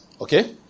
Okay